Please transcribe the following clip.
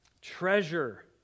Treasure